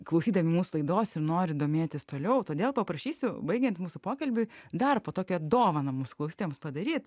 klausydami mūsų laidos ir nori domėtis toliau todėl paprašysiu baigiant mūsų pokalbiui dar po tokią dovaną mūsų klausytojams padaryt